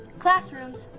classrooms.